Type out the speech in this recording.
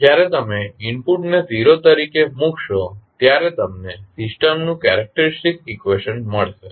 જ્યારે તમે ઇનપુટને 0 તરીકે મૂકશો ત્યારે તમને સિસ્ટમનું કેરેક્ટેરીસ્ટીક ઇકવેશન મળશે